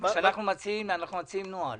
אנחנו מציעים נוהל.